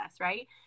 right